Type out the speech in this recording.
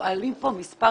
מועלים פה מספר